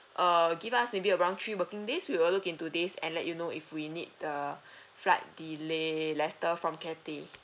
err give us maybe around three working days we will look into this and let you know if we need the flight delay letter from Cathay